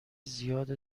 زیاد